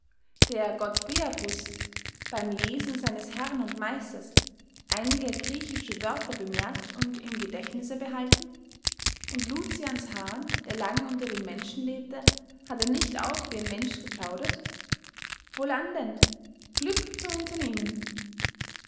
der gott priapus beym lesen seines herrn und meisters einige griechische wörter bemerkt und im gedächtnisse behalten und lucians hahn der lange unter den menschen lebte hat er nicht auch wie ein mensch geplaudert wohlan denn glück zum unternehmen